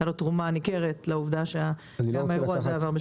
הייתה לו תרומה ניכרת לעובדה שהאירוע הזה עבר בשלום.